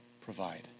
provide